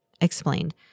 explained